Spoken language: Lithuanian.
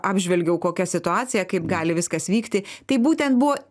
apžvelgiau kokia situacija kaip gali viskas vykti tai būtent buvo